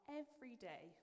everyday